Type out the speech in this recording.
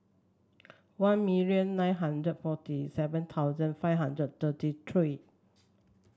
one million nine hundred forty seven thousand five hundred thirty three